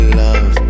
love